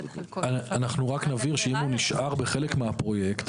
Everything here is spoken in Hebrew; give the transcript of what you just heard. אנחנו רק נבהיר שאם הוא נשאר בחלק הפרויקט,